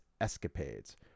escapades